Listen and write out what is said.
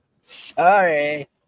Sorry